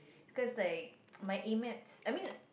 because like my A-maths I mean